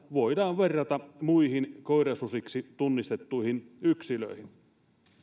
voidaan verrata muihin koirasusiksi tunnistettuihin yksilöihin